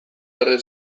erre